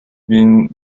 been